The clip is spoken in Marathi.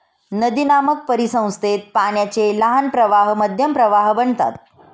नदीनामक परिसंस्थेत पाण्याचे लहान प्रवाह मध्यम प्रवाह बनतात